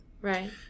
Right